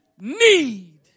need